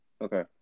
Okay